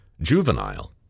juvenile